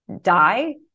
die